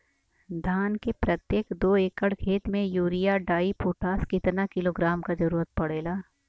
धान के प्रत्येक दो एकड़ खेत मे यूरिया डाईपोटाष कितना किलोग्राम क जरूरत पड़ेला?